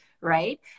Right